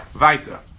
Weiter